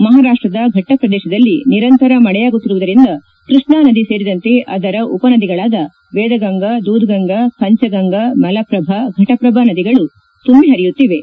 ಮಹಾರಾಷ್ಟದ ಫಟ್ಟದ ಪ್ರದೇಶದಲ್ಲಿ ನಿರಂತರ ಮಳೆಯಾಗುತ್ತಿರುವುದರಿಂದ ಕೃಷ್ಣ ನದಿ ಸೇರಿದಂತೆ ಅದರ ಉಪ ನದಿಗಳಾದ ವೇದಗಂಗಾ ದೂಧಗಂಗಾ ಪಂಚಗಂಗಾ ಮಲಪ್ರಭಾ ಫಟಪ್ರಭಾ ನದಿಗಳು ನದಿಗಳು ತುಂಬಿ ಪರಿಯುತ್ತಿವೆ